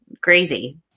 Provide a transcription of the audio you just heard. crazy